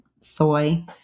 soy